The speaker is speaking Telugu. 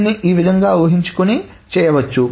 దీనిని ఈ విధంగా ఊహించుకొని చేయవచ్చు